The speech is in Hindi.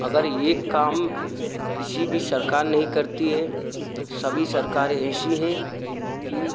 अगर ये काम किसी भी सरकार नहीं करती है सभी सरकारें ऐसी हैं कि